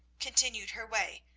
continued her way,